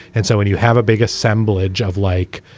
and so when you have a big assemblage of like,